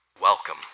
welcome